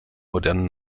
modernen